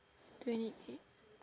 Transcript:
twenty eight